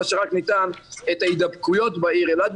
שרק ניתן את ההידבקויות בעיר אילת,